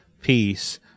peace